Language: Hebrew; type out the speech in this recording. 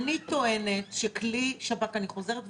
אני חוזרת ואומרת: